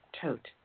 tote